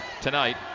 tonight